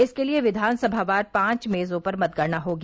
इसके लिये विधानसभावार पांच मेजों पर मतगणना होगी